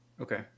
okay